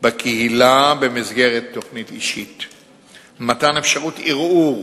בקהילה במסגרת תוכנית אישית, 6. מתן אפשרות ערעור